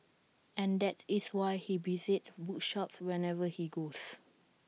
and that is why he visits bookshops wherever he goes